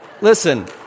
listen